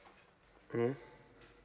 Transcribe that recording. mmhmm